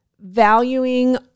valuing